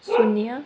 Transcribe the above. शून्य